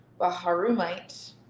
Baharumite